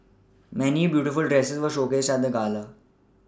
many beautiful dresses were showcased at the gala